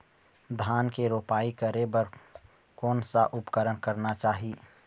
धान के रोपाई करे बर कोन सा उपकरण करना चाही?